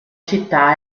città